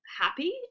happy